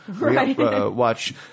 watch